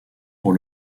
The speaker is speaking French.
pour